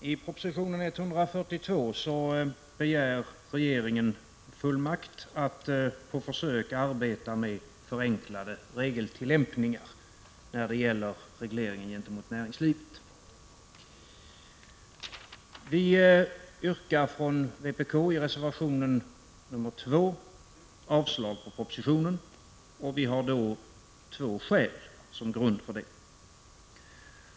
Herr talman! I proposition 142 begär regeringen fullmakt att på försök arbeta med förenklade regeltillämpningar gentemot näringslivet. Vi yrkar från vpk:s sida i reservation 2 avslag på propositionen, och vi har två skäl som grund för det.